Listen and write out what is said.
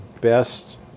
best